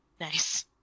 Nice